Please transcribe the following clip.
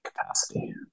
capacity